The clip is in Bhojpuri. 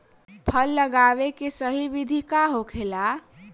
फल लगावे के सही विधि का होखेला?